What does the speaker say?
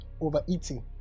overeating